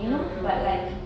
mm mm mm